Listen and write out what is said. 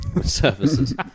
Services